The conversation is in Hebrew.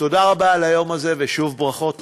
תודה רבה על היום הזה, ושוב ברכות.